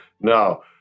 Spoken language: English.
no